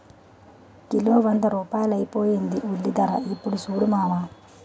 kilo వంద రూపాయలైపోయింది ఉల్లిధర యిప్పుడు సూడు మావా